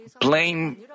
blame